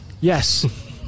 yes